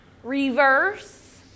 Reverse